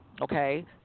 okay